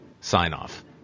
sign-off